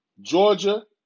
Georgia